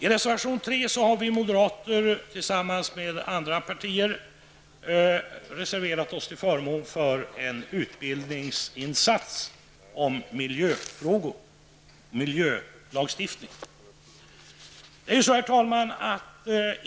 I reservation 3 har vi moderater tillsammans med företrädare för andra partier reserverat oss till förmån för en utbildningsinsats om miljölagstiftningen.